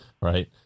right